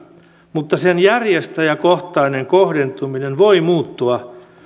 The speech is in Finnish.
mutta sen järjestäjäkohtainen kohdentuminen voi muuttua